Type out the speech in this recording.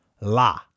la